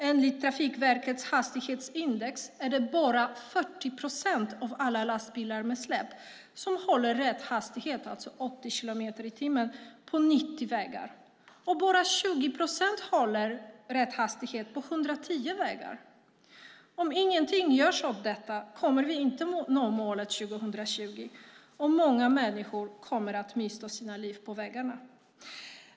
Enligt Trafikverkets hastighetsindex är det bara 40 procent av alla lastbilar med släp som håller rätt hastighet, alltså 80 kilometer i timmen, på 90-vägar, och bara 20 procent håller rätt hastighet på 110-vägar. Om ingenting görs åt detta kommer vi inte nå målet 2020, och många människor kommer att mista sina liv på vägarna.